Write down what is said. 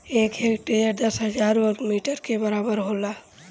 एक हेक्टेयर दस हजार वर्ग मीटर के बराबर होला